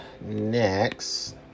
Next